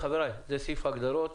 חבריי, זה סעיף ההגדרות.